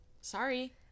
Sorry